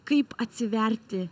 kaip atsiverti